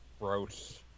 Gross